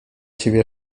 ciebie